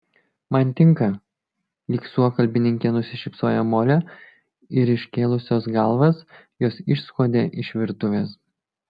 man tinka lyg suokalbininkė nusišypsojo molė ir iškėlusios galvas jos išskuodė iš virtuvės